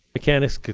mechanics,